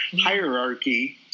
hierarchy